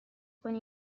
کنی